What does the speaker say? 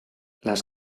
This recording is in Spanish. las